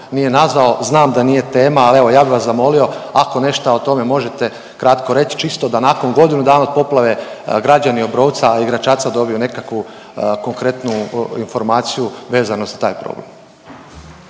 nije nazvao. Znam da nije tema, ali evo ja bi vas zamolio ako nešto o tome možete kratko reć, čisto da nakon godinu dana od poplave građani Obrovca i Gračaca dobiju nekakvu konkretnu informaciju vezano za taj problem.